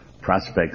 prospects